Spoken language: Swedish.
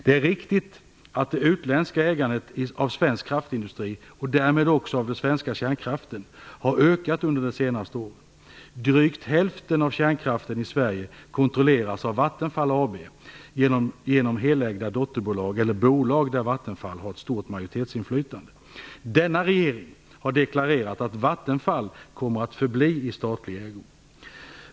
Det är riktigt att det utländska ägandet av svensk kraftindustri, och därmed också av den svenska kärnkraften, har ökat under de senaste åren. Drygt hälften av kärnkraften i Sverige kontrolleras dock av Vattenfall AB genom helägda dotterbolag eller bolag där Vattenfall har ett stort majoritetsinflytande. Denna regering har deklarerat att Vattenfall kommer att förbli i statlig ägo.